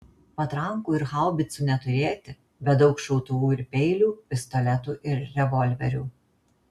patrankų ir haubicų neturėti bet daug šautuvų ir peilių pistoletų ir revolverių